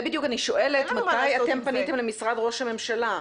אני שואלת מתי אתם פניתם למשרד ראש הממשלה?